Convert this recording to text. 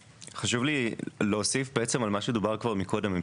חשוב לי להוסיף בעצם על מה שדובר כבר מקודם.